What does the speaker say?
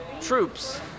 troops